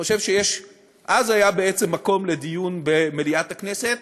אני חושב שאז יש בעצם מקום לדיון במליאת הכנסת,